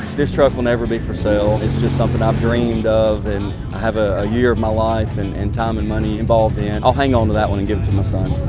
this truck will never be for sale, its just something i've dreamed of, and i have a year of my life and and time and money involved in ah hanging onto that one and giving it to my son.